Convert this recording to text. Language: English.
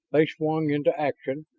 they swung into action,